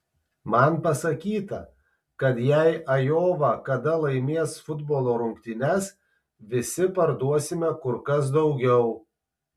man pasakyta kad jei ajova kada laimės futbolo rungtynes visi parduosime kur kas daugiau